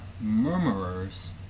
murmurers